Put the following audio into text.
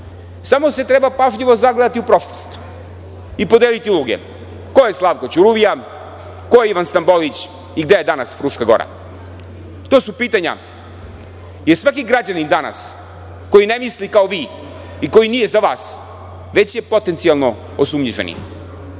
samo se treba pažljivo zagledati u prošlost i podeliti uloge ko je Slavko Ćuruvija, ko je Ivan Stambolić i gde je danas Fruška Gora? To su pitanja i svaki građanin danas koji ne misli kao vi i koji nije za vas, već je potencijalno osumnjičeni. Ako